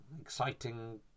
exciting